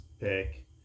pick